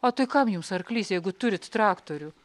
o tai kam jums arklys jeigu turite traktorių